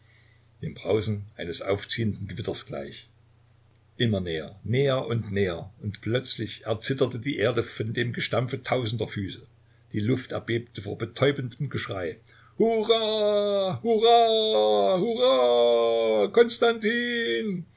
dem brausen eines aufziehenden gewitters gleich immer näher näher und näher und plötzlich erzitterte die erde vor dem gestampf tausender füße die luft erbebte vor betäubendem geschrei hurra hurra